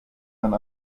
einen